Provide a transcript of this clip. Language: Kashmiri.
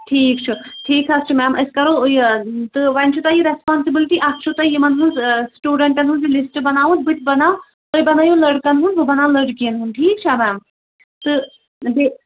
ٹھیٖک چھُ ٹھیٖک حظ چھُ میم أسۍ کَرو یہِ تہٕ وۄنۍ چھو تۄہہِ یہِ ریسپانسِبٕلٹی اکھ چھو تۄہہِ یِمن ہنٛز سِٹوٗڈنٹن ہُند یہِ لِسٹ بناوُن بٕتہِ بناوٕ تُہۍ بنٲیو لٔڑکَن ہُند بہٕ بناو لٔڑکِٮ۪ن ہُند ٹھیٖک چھا میم تہٕ بہِ